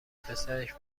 پسرش